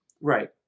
Right